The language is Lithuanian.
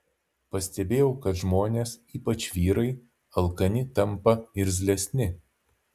pastebėjau kad žmonės ypač vyrai alkani tampa irzlesni